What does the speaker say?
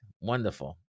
wonderful